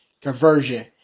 conversion